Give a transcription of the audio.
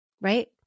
right